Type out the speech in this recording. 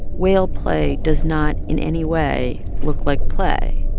whale play does not in any way look like play.